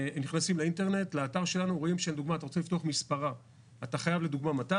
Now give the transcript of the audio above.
אם לדוגמה אתה רוצה לפתוח מספרה, אתה חייב מטף,